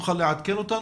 האם תוכל לעדכן אותנו?